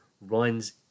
runs